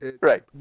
Right